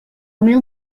mil